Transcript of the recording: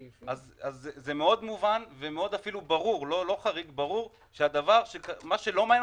זה מאוד מובן ואפילו מאוד ברור שמה שלא מעניין